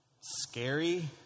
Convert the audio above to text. scary